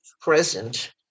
present